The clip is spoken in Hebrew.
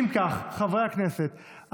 אם כך, חברי הכנסת,